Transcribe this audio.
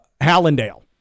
Hallandale